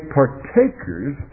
partakers